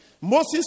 moses